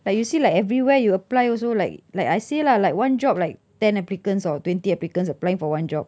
like you see like everywhere you apply also like like I see lah like one job like ten applicants or twenty applicants applying for one job